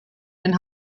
den